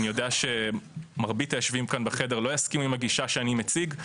אני יודע שמרבית היושבים כאן בחדר לא יסכימו עם הגישה שאני מציג.